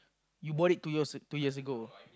you bought it two years two years ago